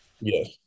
Yes